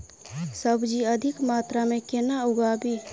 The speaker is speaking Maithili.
सब्जी अधिक मात्रा मे केना उगाबी?